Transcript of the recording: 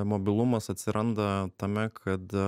mobilumas atsiranda tame kad